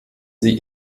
sie